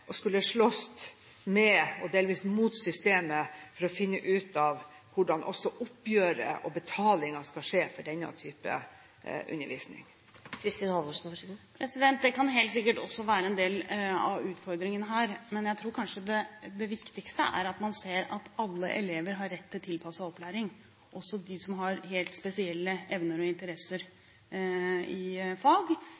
med – og delvis mot – systemet for å finne ut av hvordan oppgjøret og betalingen skal skje for denne type undervisning? Det kan helt sikkert også være en del av utfordringen her. Men jeg tror kanskje det viktigste er at man ser at alle elever har rett til tilpasset opplæring – også de som har helt spesielle evner og interesser